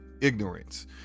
Ignorance